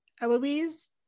Eloise